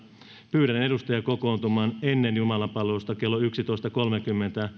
pyydän edustajia kokoontumaan ennen jumalanpalvelusta kello yksitoista kolmenkymmenen